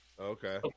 Okay